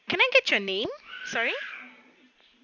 can I get your name sorry